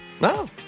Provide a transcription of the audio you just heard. No